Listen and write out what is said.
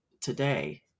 today